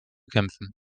kämpfen